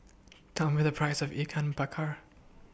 Tell Me The Price of Ikan Bakar